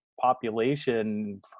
population